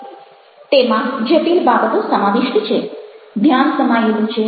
તેમાં જટિલ બાબતો સમાવિષ્ટ છે ધ્યાન સમાયેલું છે